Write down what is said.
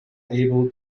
able